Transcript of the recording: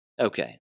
Okay